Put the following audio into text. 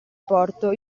porto